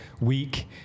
week